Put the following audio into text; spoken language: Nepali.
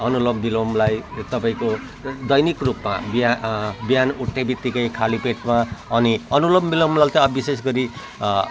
अनुलोम विलोमलाई तपाईँको दैनिक रूपमा बिहान बिहान उठ्ने बित्तिकै खाली पेटमा अनि अनुलोम विलोमले चाहिँ अब विशेष गरी